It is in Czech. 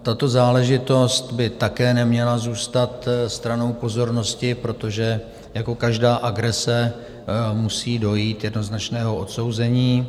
Tato záležitost by také neměla zůstat stranou pozornosti, protože jako každá agrese musí dojít jednoznačného odsouzení.